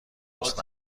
دوست